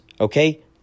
Okay